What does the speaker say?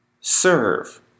serve